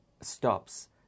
stops